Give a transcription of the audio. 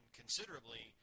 considerably